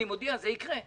אני מודיע: זה יקרה.